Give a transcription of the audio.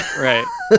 Right